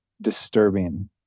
disturbing